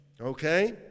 Okay